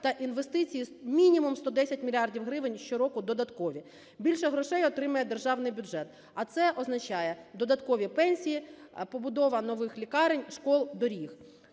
та інвестиції в мінімум 110 мільярдів гривень щороку додатково. Більше грошей отримає державний бюджет, а це означає - додаткові пенсії, побудова нових лікарень, шкіл, доріг.